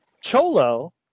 Cholo